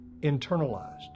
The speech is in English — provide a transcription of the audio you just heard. internalized